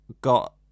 got